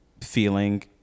feeling